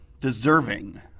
deserving